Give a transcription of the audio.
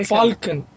Falcon